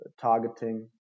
targeting